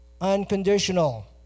Unconditional